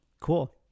Cool